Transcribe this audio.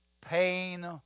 pain